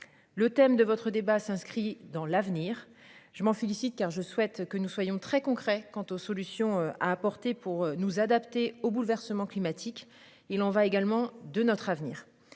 Le thème de votre débat s'inscrit dans l'avenir. Je m'en félicite car je souhaite que nous soyons très concrets. Quant aux solutions à apporter pour nous adapter aux bouleversements climatiques. Il en va également de notre avenir.